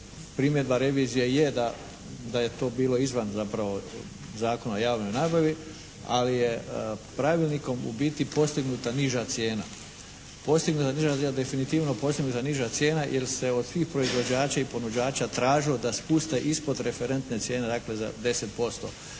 Primjedba revizije je da je to bilo izvan zapravo Zakona o javnoj nabavi, ali je pravilnikom u biti postignuta niža cijena. Postignuta, definitivno postignuta niža cijena jer se od svih proizvođača i ponuđača tražilo da spuste ispod referentne cijene dakle za 10%.